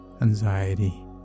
anxiety